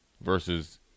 versus